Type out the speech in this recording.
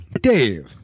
Dave